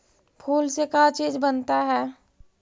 फूल से का चीज बनता है?